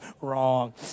wrong